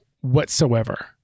whatsoever